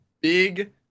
big